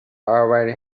already